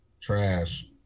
Trash